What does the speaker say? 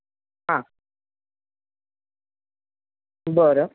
हां बरं